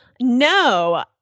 No